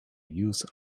use